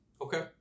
Okay